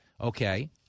okay